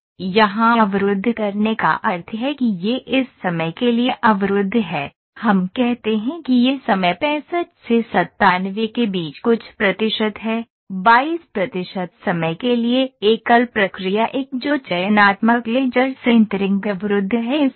अब यहाँ अवरुद्ध करने का अर्थ है कि यह इस समय के लिए अवरुद्ध है हम कहते हैं कि यह समय 65 से 97 के बीच कुछ प्रतिशत है 22 प्रतिशत समय के लिए एकल प्रक्रिया 1 जो चयनात्मक लेजर सिंटरिंग अवरुद्ध है